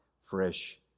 fresh